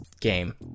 game